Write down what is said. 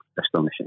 Astonishing